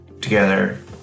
together